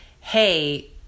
hey